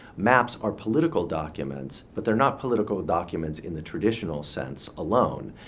maps are political documents. but they're not political documents in the traditional sense alone.